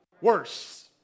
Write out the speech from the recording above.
Worse